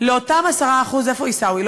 איפה עיסאווי?